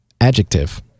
Adjective